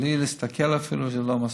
בלי להסתכל אפילו, שזה לא מספיק.